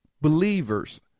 believers